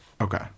Okay